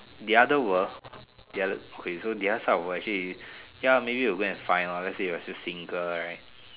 the other world ya okay so the other side of the world actually ya maybe you go and find lor let's say you're still single right